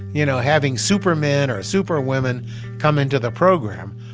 you know, having supermen or superwomen come into the program.